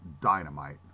dynamite